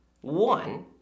one